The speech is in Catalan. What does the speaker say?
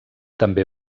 també